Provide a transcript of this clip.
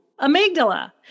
amygdala